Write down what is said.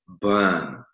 burn